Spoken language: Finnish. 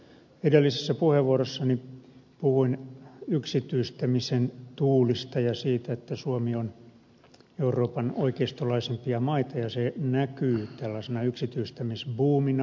edellisessä puheenvuorossani puhuin yksityistämisen tuulista ja siitä että suomi on euroopan oikeistolaisimpia maita ja se näkyy tällaisena yksityistämisbuumina